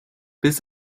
biss